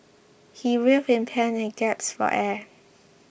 he writhed in pain and gasped for air